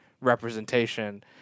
representation